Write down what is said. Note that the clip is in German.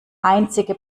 einzige